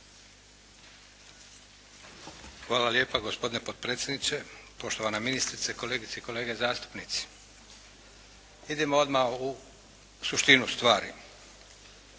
Hvala lijepa gospodine potpredsjedniče. Poštovana ministrice, kolegice i kolege zastupnici. Idemo odmah u suštinu stvari.